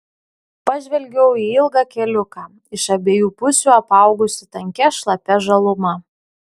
pažvelgiau į ilgą keliuką iš abiejų pusių apaugusį tankia šlapia žaluma